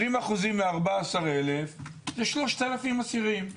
20% מ-14,000 זה 3,000 אסירים.